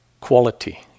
quality